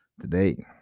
Today